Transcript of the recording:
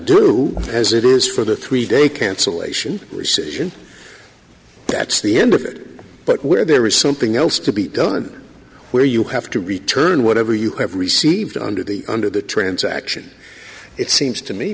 do as it is for the three day cancellation reception that's the end of it but where there is something else to be done where you have to return whatever you have received under the under the transaction it seems to me